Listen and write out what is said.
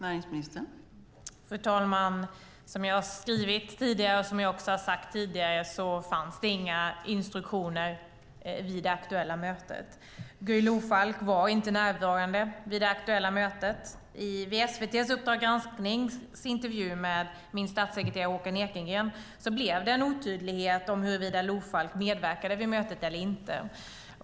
Fru talman! Som jag både skrivit och sagt tidigare fanns det inga instruktioner vid det aktuella mötet. Guy Lofalk var inte närvarande vid det aktuella mötet. I SVT:s Uppdrag gransknings intervju med min statssekreterare Håkan Ekengren blev det en otydlighet om huruvida Lofalk medverkade vid mötet eller inte.